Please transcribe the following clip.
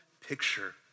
picture